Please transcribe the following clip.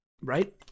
right